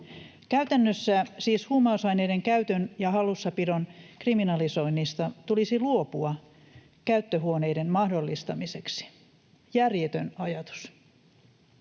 Käytännössä siis huumausaineiden käytön ja hallussapidon kriminalisoinnista tulisi luopua käyttöhuoneiden mahdollistamiseksi. Järjetön ajatus.